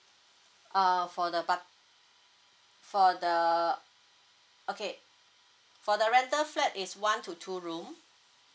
uh for the par for the okay for the rental flat is one to two room